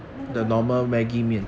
那个叫什么